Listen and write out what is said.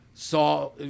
saw